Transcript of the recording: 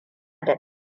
da